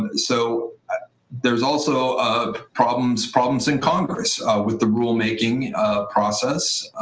and so there's also um problems problems in congress with the rulemaking process.